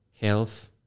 health